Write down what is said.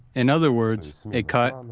in other words, a cut,